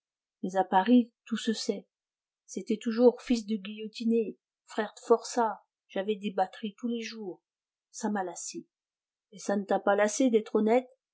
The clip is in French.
mais à paris tout se sait c'était toujours fils de guillotiné frère de forçat j'avais des batteries tous les jours ça m'a lassé et ça ne t'a pas lassé d'être honnête